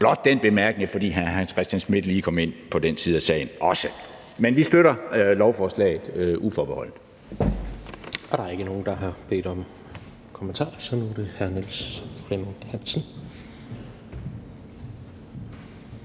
Blot den bemærkning, fordi hr. Hans Christian Schmidt lige kom ind på den side af sagen også. Men vi støtter lovforslaget uforbeholdent.